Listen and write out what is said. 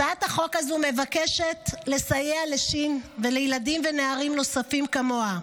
הצעת החוק הזאת מבקשת לסייע לש' ולילדים ונערים נוספים כמוה.